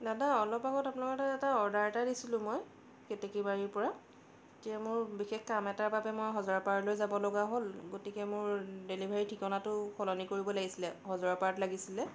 দাদা অলপ আগত আপোনালোকৰ তাত এটা অৰ্ডাৰ এটা দিছিলোঁ মই কেটেকীবাৰীৰপৰা এতিয়া মোৰ বিশেষ কাম এটাৰ বাবে মই হজৰাপাৰালৈ যাব লগা হ'ল গতিকে মোৰ ডেলিভাৰী ঠিকনাটো সলনি কৰিব লাগিছিলে হজাৰাপাৰাত লাগিছিলে